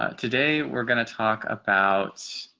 today we're going to talk about